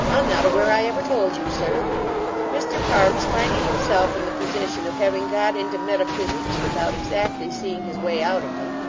i'm not aware i ever told you, sir mr parkes, finding himself in the position of having got into metaphysics without exactly seeing his way out of them,